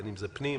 בין אם זה פנים,